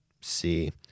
see